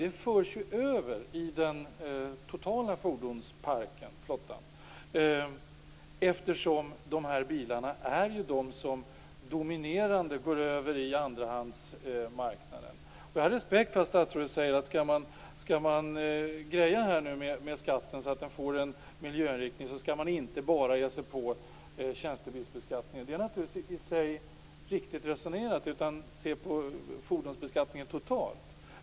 De förs över till den totala fordonsparken. Dessa bilar dominerar andrahandsmarknaden. Jag har respekt för att statsrådet säger att om skatten skall få en miljöinriktning skall inte bara tjänstebilsbeskattningen påverkas. Det är i och för sig riktigt resonerat sett totalt för fordonsbeskattningen.